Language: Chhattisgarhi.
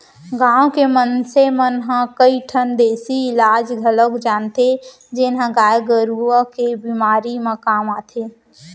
गांव के मनसे मन ह कई ठन देसी इलाज घलौक जानथें जेन ह गाय गरू के बेमारी म काम आथे